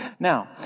Now